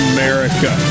America